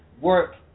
work